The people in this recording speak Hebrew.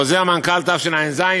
חוזר מנכ"ל תשע"ז,